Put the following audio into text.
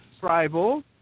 tribal